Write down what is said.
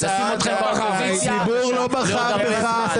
הציבור לא בחר בך.